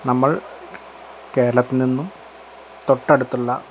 നമ്മൾ കേരളത്തിൽ നിന്നും തൊട്ടടുത്തുള്ള